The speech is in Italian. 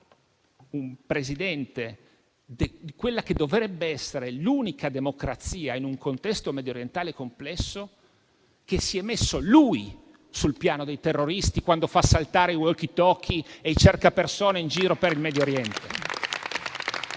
al Presidente di quella che dovrebbe essere l'unica democrazia in un contesto mediorientale complesso, che si è messo sul piano dei terroristi quando fa saltare i *walkie talkie* e i cercapersone in giro per il Medio Oriente.